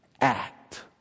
act